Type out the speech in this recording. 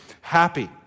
happy